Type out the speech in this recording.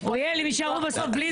אוריאל, הם יישארו בסוף בלי זה ובלי זה.